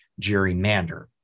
gerrymander